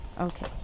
Okay